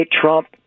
Trump